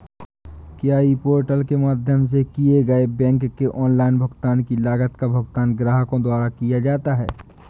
क्या e portal के माध्यम से किए गए बैंक के ऑनलाइन भुगतान की लागत का भुगतान ग्राहकों द्वारा किया जाता है?